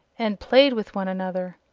and played with one another!